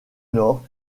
nord